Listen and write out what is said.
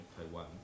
Taiwan